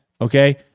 Okay